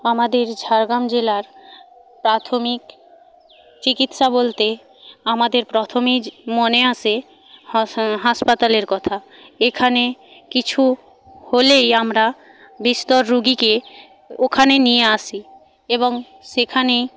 আমাদের ঝাড়গ্রাম জেলার প্রাথমিক চিকিৎসা বলতে আমাদের প্রথমেই যে মনে আসে হাসপাতালের কথা এখানে কিছু হলেই আমরা বিস্তর রুগীকে ওখানে নিয়ে আসি এবং সেখানে